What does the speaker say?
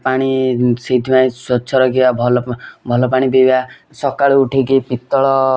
ପାଣି ସେଇଥିପାଇଁ ସ୍ୱଚ୍ଛ ରଖିବା ଭଲ ଭଲ ପାଣି ପିଇବା ସକାଳୁ ଉଠିକି ପିତ୍ତଳ